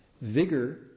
Vigor